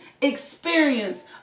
experience